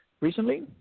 recently